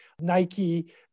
Nike